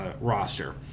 roster